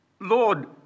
Lord